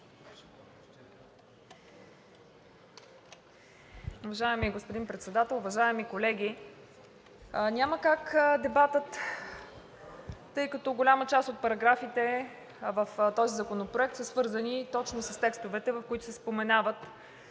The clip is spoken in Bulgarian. Уважаеми господин Председател, уважаеми колеги! Няма как дебатът, тъй като голяма част от параграфите в този законопроект са свързани точно с текстовете, в които се споменават